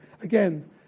again